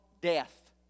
death